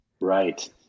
Right